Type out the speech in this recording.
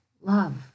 love